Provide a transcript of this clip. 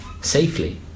safely